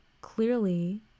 clearly